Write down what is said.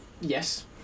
yes